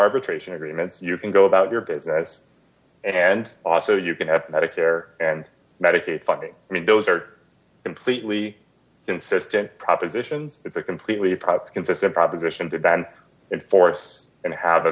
arbitration agreement you can go about your business and also you can have medicare and medicaid funding i mean those are completely consistent propositions it's a completely consistent proposition to ban in force and have a